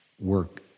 work